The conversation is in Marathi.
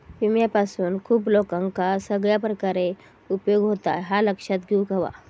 विम्यापासून खूप लोकांका सगळ्या प्रकारे उपयोग होता, ह्या लक्षात घेऊक हव्या